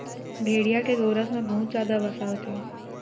भेड़िया के गोरस म बहुते जादा वसा होथे